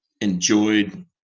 enjoyed